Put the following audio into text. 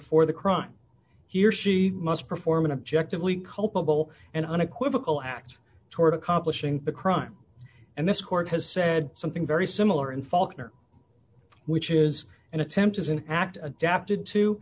for the crime he or she must perform an objective we culpable and unequivocal act toward accomplishing the crime and this court has said something very similar in faulkner which is an attempt as an act adapted to